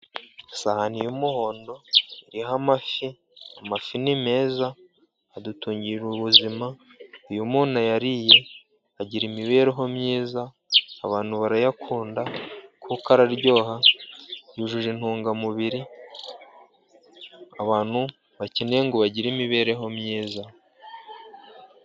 Isahani y'umuhondo iriho amafi, amafi ni meza adutungira ubuzima iyo umuntu ayariye agira imibereho myiza, abantu barayakunda kuko araryoha yujuje intungamubiri abantu bakeneye ngo bagire imibereho myiza.